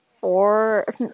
four